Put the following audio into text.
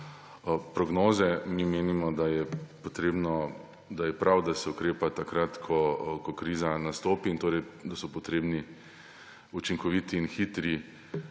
prognoze. Mi menimo, da je prav, da se ukrepa takrat, ko kriza nastopi, in da so potrebni učinkoviti in hitri